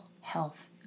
health